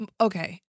okay